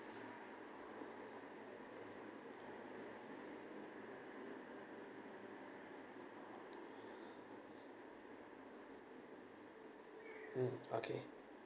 hmm okay